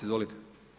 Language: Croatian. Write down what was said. Izvolite.